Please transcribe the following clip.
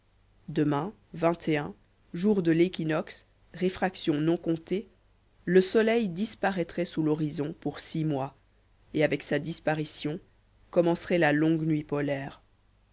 demain jour de l'équinoxe réfraction non comptée le soleil disparaîtrait sous l'horizon pour six mois et avec sa disparition commencerait la longue nuit polaire